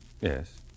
yes